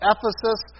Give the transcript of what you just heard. Ephesus